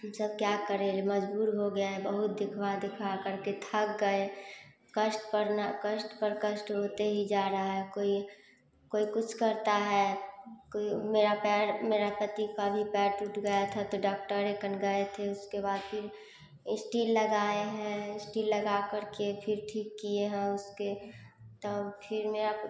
हम सब क्या करें मज़बूर हो गए हैं बहुत देखवा देखवा करके थक गए कष्ट पर ना कष्ट पर कष्ट होते ही जा रहा है कोई कोई कुछ करता है कोई मेरा पैर मेरा पति का भी पैर टूट गया था तो डाक्टर ही कन गए थे उसके बाद फिर इस्टील लगाए हैं इस्टील लगाकर के फिर ठीक किए हैं उसके तब फिर मेरा